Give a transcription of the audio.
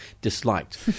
disliked